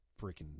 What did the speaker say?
freaking